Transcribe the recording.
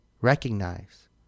recognize